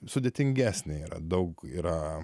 sudėtingesnė yra daug yra